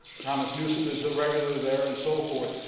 thomas newsome is a regular there and so forth.